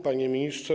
Panie Ministrze!